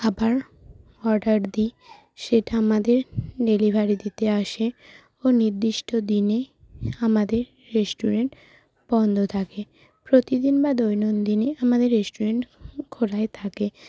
খাবার অর্ডার দিই সেটা আমাদের ডেলিভারি দিতে আসে ও নির্দিষ্ট দিনে আমাদের রেস্টুরেন্ট বন্ধ থাকে প্রতিদিন বা দৈনন্দিনই আমাদের রেস্টুরেন্ট খোলাই থাকে